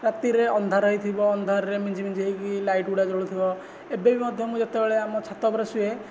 ରାତିରେ ଅନ୍ଧାର ହୋଇଥିବ ଅନ୍ଧାରରେ ମିଞ୍ଜି ମିଞ୍ଜି ହୋଇକି ଲାଇଟଗୁଡ଼ା ଜଳୁଥିବ ଏବେ ବି ମଧ୍ୟ ମୁଁ ଯେତେବେଳେ ଆମ ଛାତ ଉପରେ ଶୁଏ